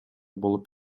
болуп